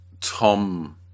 Tom